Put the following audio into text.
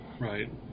right